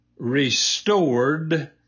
Restored